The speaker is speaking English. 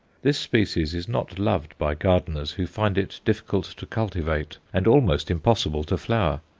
this species is not loved by gardeners, who find it difficult to cultivate and almost impossible to flower,